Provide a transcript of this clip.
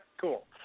cool